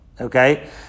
Okay